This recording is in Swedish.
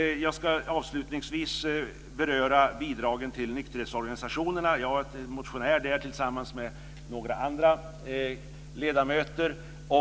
Jag ska avslutningsvis beröra bidragen till nykterhetsorganisationerna. Jag är motionär tillsammans med några andra ledamöter.